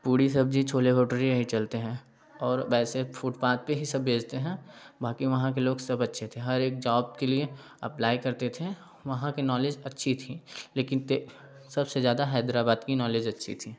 पूड़ी सब्जी छोले भटूरे यही चलते हैं और वैसे फूटपाथ पर ही सब बेचते हैं बाकी वहाँ के लोग सब अच्छे थे हर एक जॉब के लिए अप्लाइ करते थे वहाँ की नॉलेज अच्छी थी लेकिन ते सबसे ज़्यादा हैदराबाद की नॉलेज अच्छी थी